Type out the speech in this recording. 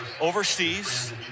overseas